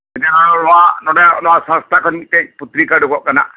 ᱟᱞᱮᱦᱚᱸ ᱱᱚᱸᱰᱮ ᱱᱚᱶᱟ ᱥᱚᱝᱥᱛᱷᱟ ᱠᱷᱚᱱ ᱢᱤᱫᱴᱮᱱ ᱯᱚᱛᱨᱤᱠᱟ ᱩᱰᱩᱠᱚᱜ ᱠᱟᱱᱟ